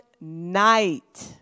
night